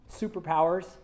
superpowers